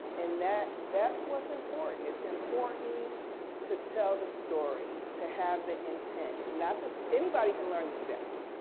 and that that's what's important it's important to tell the story to have the intent not just anybody can learn the steps.